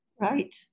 Right